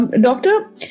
Doctor